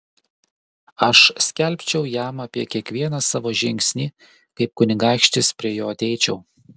aš skelbčiau jam apie kiekvieną savo žingsnį kaip kunigaikštis prie jo ateičiau